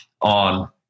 On